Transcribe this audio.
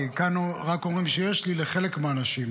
כי כאן אומרים "יש לי" רק לחלק מהאנשים.